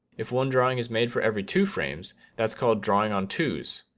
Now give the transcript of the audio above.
if one drawing is made for every two frames, that's called drawing on twos.